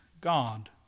God